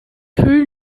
rue